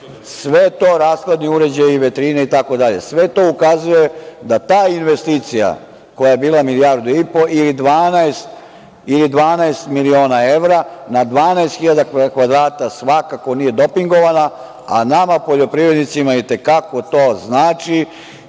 itd., rashladni uređaji, vitrine, itd. Sve to ukazuje da ta investicija koja je bila milijardu i po ili 12 miliona evra, na 12.000 kvadrata svakako nije dopingovana, a nama poljoprivrednicima i te kako to znači,